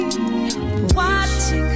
Watching